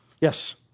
yes